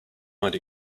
might